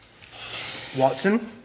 Watson